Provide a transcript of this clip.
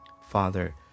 Father